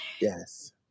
Yes